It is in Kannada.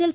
ಎಲ್